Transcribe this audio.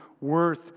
worth